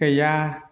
गैया